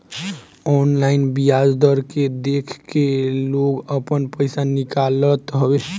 online बियाज दर के देख के लोग आपन पईसा निकालत हवे